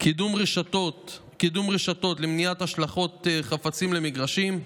קידום רשתות למניעת השלכות חפצים למגרשים,